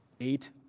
eight